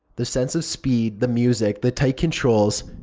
the sense of speed, the music, the tight controls.